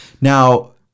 Now